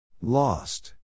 Lost